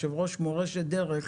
יושב ראש 'מורשת דרך',